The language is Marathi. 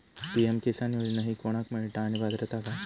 पी.एम किसान योजना ही कोणाक मिळता आणि पात्रता काय?